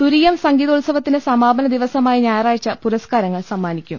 തുരീയം സംഗീതോത്സവത്തിന്റെ സമാപന ദിവസമായ ഞായറാഴച പുരസ്കാരങ്ങൾ സമ്മാനിക്കും